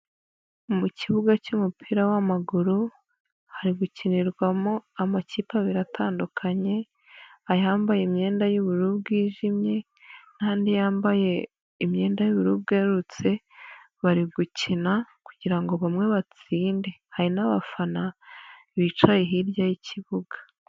Mu kibuga cy'umupira w'amaguru hari gukinirwamo amakipe abiri atandukanye ayambaye imyenda y'ubururu bwijimye, n'andi yambaye imyenda y'ubururu bwererutse bari gukina kugira ngo bamwe batsinde, hari n'abafana bicaye hirya y'ikibuga.